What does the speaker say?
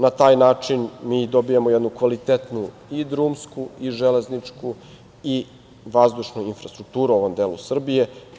Na taj način mi dobijamo jednu kvalitetnu i drumsku i železničku i vazdušnu infrastrukturu u ovom delu Srbije.